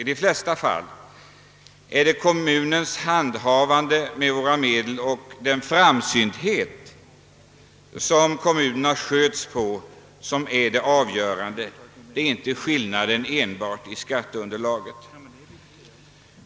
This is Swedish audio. I de flesta fall är det sättet för handhavandet av kommunens medel och framsyntheten vid kommunens skötsel som är avgörande härvidlag och inte skillnaden i fråga om skatteunderlag.